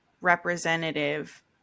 representative